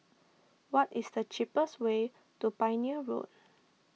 what is the cheapest way to Pioneer Road